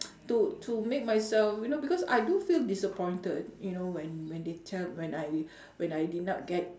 to to make myself you know because I do feel disappointed you know when when they tell when I when I did not get